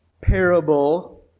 parable